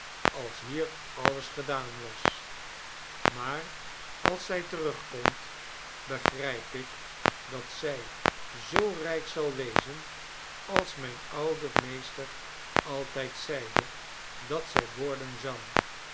als hier alles gedaan was maar als zij terugkomt begrijp ik dat zij zoo rijk zal wezen als mijn oude meester altijd zeide dat zij worden zou